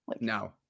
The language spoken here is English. No